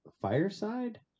fireside